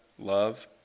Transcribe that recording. love